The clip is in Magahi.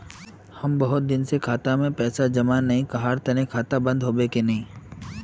हम खाता में बहुत दिन से पैसा जमा नय कहार तने खाता बंद होबे केने?